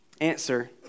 Answer